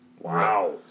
Wow